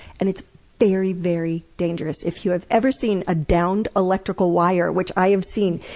and it's very, very dangerous. if you've ever seen a downed electrical wire, which i have seen,